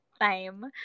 time